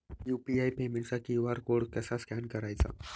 UPI पेमेंटचा QR code कसा scan करायचा?